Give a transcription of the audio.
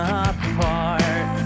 apart